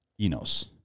enos